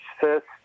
first